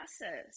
process